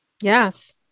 Yes